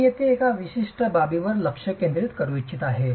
मी येथे एका विशिष्ट बाबीवर लक्ष केंद्रित करू इच्छित आहे